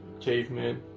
Cavemen